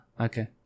okay